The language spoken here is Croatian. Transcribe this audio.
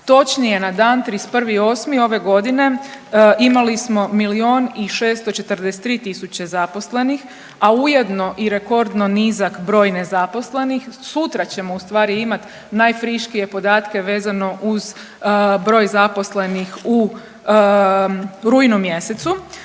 Točnije na dan 31.8. ove godine imali smo milijun i 643000 zaposlenih a ujedno i rekordno nizak broj nezaposlenih. Sutra ćemo u stvari imati najfriškije podatke vezano uz broj zaposlenih u rujnu mjesecu,